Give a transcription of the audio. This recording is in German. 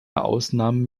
ausnahmen